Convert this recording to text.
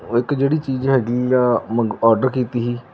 ਇੱਕ ਜਿਹੜੀ ਚੀਜ਼ ਹੈਗੀ ਆ ਮੰਗ ਆਰਡਰ ਕੀਤੀ ਸੀ